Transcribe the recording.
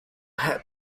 head